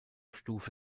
stufe